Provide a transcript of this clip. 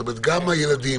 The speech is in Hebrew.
זאת אומרת גם על ילדים,